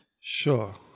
Sure